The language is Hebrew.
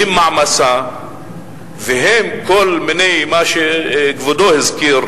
והם מעמסה והם כל מיני מה שכבודו הזכיר